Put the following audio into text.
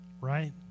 right